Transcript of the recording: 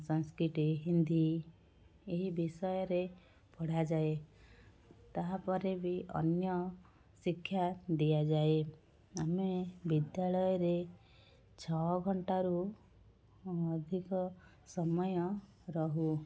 Sanskrit Hindi ଏହି ବିଷୟରେ ପଢ଼ାଯାଏ ତାହାପରେ ବି ଅନ୍ୟ ଶିକ୍ଷା ଦିଆଯାଏ ଆମେ ବିଦ୍ୟାଳୟରେ ଛଅଘଣ୍ଟାରୁ ଅଧିକ ସମୟ ରହୁ